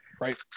Right